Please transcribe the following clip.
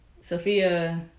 Sophia